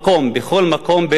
בכל מקום בארץ-ישראל,